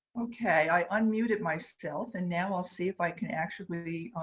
ok. i unmuted myself and now i'll see if i can actually